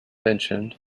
mentioned